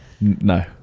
no